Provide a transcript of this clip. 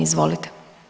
Izvolite.